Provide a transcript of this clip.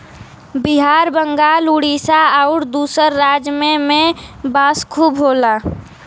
बिहार बंगाल उड़ीसा आउर दूसर राज में में बांस खूब होला